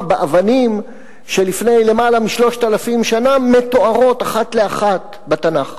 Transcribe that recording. באבנים שלפני למעלה מ-3,000 שנה מתוארות אחת לאחת בתנ"ך.